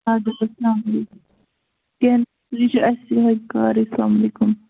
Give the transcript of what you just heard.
اَدٕ حظ اسلام علیکُم کیٚنٛہہ تُہۍ چھِو اَسہِ یِہَے کر اسلامُ علیکُم